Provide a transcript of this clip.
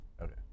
Okay